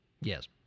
Yes